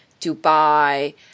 Dubai